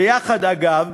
ביחד, אגב,